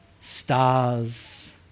stars